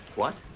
what?